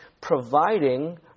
providing